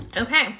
Okay